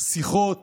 שיחות